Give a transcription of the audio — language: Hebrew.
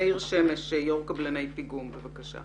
מאיר שמש, יושב-ראש איגוד קבלני פיגום בבקשה.